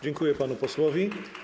Dziękuję panu posłowi.